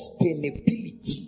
sustainability